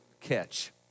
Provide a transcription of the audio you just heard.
catch